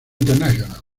international